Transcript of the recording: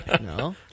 No